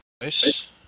Nice